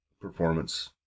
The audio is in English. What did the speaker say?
performance